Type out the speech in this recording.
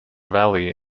valley